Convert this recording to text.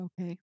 Okay